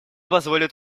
позволит